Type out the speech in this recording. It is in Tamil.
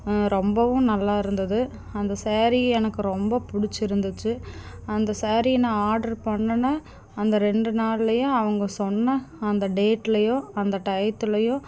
ரொம்பவும் நல்லா இருந்தது அந்த சேரீ எனக்கு ரொம்ப புடிச்சு இருந்துச்சு அந்த சேரீ நான் ஆர்ட்ரு பண்ணின அந்த ரெண்டு நாள்லையே அவங்க சொன்ன அந்த டேட்லையோ அந்த டையத்திலயோ